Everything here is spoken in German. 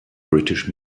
british